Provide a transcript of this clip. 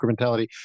incrementality